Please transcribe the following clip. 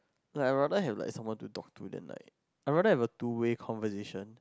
like I rather have like someone to talk to than like I rather have a two way conversation